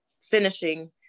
finishing